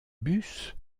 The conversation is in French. bus